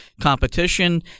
competition